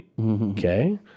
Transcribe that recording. Okay